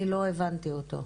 לא הבנתי אותו.